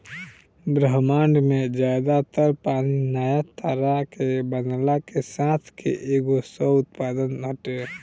ब्रह्माण्ड में ज्यादा तर पानी नया तारा के बनला के साथ के एगो सह उत्पाद हटे